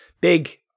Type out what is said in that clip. big